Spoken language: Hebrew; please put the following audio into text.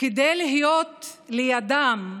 כדי להיות לידם,